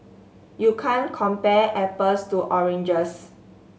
you can compare apples to oranges